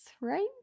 right